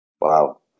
wow